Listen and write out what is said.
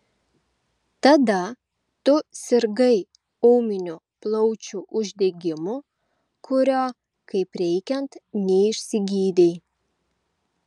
tada tu sirgai ūminiu plaučių uždegimu kurio kaip reikiant neišsigydei